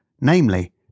namely